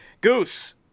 Goose